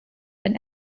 and